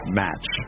match